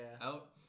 Out